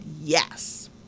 yes